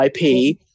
IP